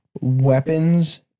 weapons